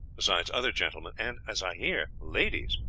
besides other gentlemen, and, as i hear, ladies.